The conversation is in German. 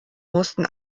mussten